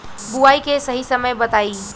बुआई के सही समय बताई?